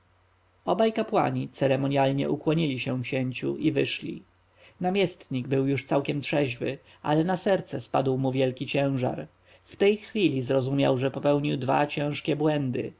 obaj kapłani ceremonjalnie ukłonili się księciu i wyszli namiestnik był już całkiem trzeźwy ale na serce spadł mu wielki ciężar w tej chwili zrozumiał że popełnił dwa ciężkie błędy